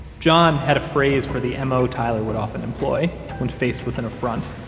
john had a phrase for the m o. tyler would often employ when faced with an affront.